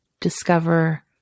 discover